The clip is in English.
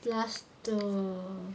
the last two